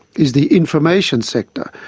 is the information sector,